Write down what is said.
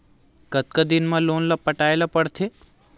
कतका दिन मा लोन ला पटाय ला पढ़ते?